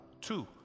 Two